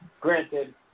Granted